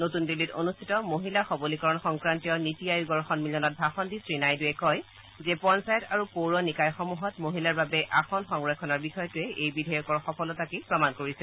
নতুন দিল্লীত অনুষ্ঠিত মহিলা সবলীকৰণ সংক্ৰান্তীয় নীতি আয়োগৰ সন্মিলনত ভাষণ দি শ্ৰীনাইডুৰে কয় যে পঞ্চায়ত আৰু পৌৰ নিকায়সমূহত মহিলাৰ বাবে আসন সংৰক্ষণৰ বিষয়টোৱে এই বিধেয়কৰ সফলতাকে প্ৰমাণ কৰিছে